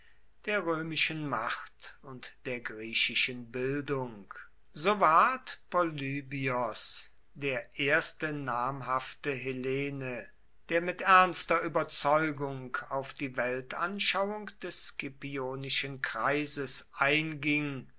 der römischen macht und der griechischen bildung so ward polybios der erste namhafte hellene der mit ernster überzeugung auf die weltanschauung des scipionischen kreises einging